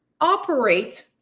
operate